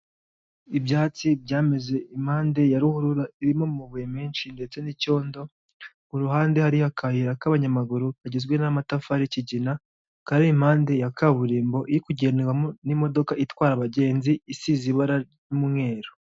Ibyatsi byameze impande ya ruhurura irimo amabuye menshi ndetse n'icyondo, ku ruhande hariyo akayira k'abanyamaguru kagizwe n'amatafari y'ikigina kari impande ya kaburimbo iri kugenderwamo n'imodoka itwara abagenzi isize ibara ry'umweru.